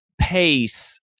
pace